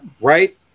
right